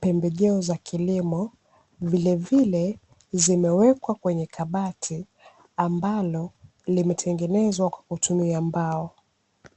pembejeo za kilimo, vilevile zimewekwa kwenye kabati, ambalo limetengenezwa kwa kutumia mbao.